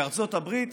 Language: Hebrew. בארצות הברית